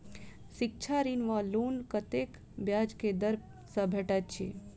शिक्षा ऋण वा लोन कतेक ब्याज केँ दर सँ भेटैत अछि?